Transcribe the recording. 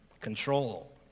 Control